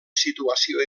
situació